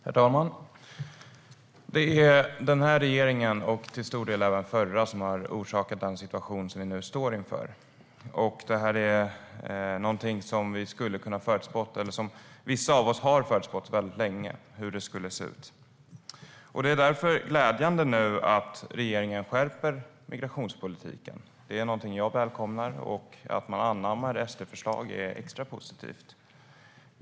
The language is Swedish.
Herr talman! Det är den här regeringen och till stor del även den förra som har orsakat den situation som vi nu står inför. Detta är någonting som vi skulle ha kunnat förutspå. Vissa av oss har väldigt länge förutspått hur det skulle se ut. Det är därför glädjande att regeringen nu skärper migrationspolitiken. Det är någonting jag välkomnar. Att man anammar SD-förslag är extra positivt.